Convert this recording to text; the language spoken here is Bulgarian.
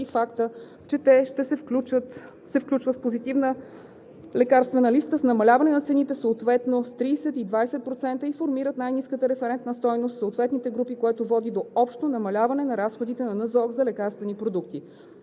факта че те се включват в Позитивна лекарствена листа с намаляване на цените съответно с 30% и 20% и формират най-ниската референтна стойност в съответните групи, което води до общо намаляване на разходите на Националната